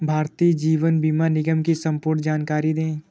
भारतीय जीवन बीमा निगम की संपूर्ण जानकारी दें?